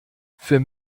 für